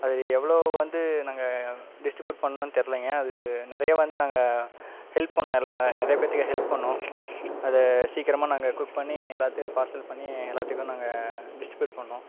அது எவ்வளவு வந்து நாங்கள் டிஸ்ட்டிபூட் பண்ணன்னு தெரியலங்க அது நிறைய வந்து நாங்கள் ஹெல்ப் பண்ணோம்லங்க நிறைய பேத்துக்கு ஹெல்ப் பண்ணோம் அது சீக்கிரமாக நாங்கள் குக் பண்ணி எல்லாத்தையும் பார்சல் பண்ணி எல்லாத்துக்கும் நாங்கள் டிஸ்ட்டிபூட் பண்ணோம்